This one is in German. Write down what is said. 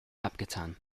abgetan